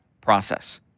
process